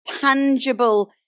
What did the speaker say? tangible